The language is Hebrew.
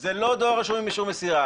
זה לא דואר רשום עם אישור מסירה.